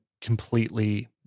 completely